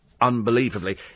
unbelievably